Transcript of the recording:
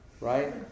right